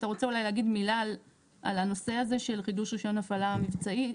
אתה רוצה אולי להגיד מילה על הנושא הזה של חידוש רישיון הפעלה אווירי?